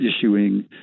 issuing